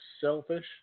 selfish